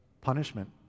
punishment